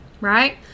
right